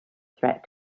threat